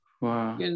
Wow